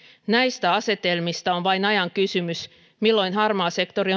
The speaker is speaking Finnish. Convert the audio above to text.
näistä asetelmista on vain ajan kysymys milloin harmaa sektori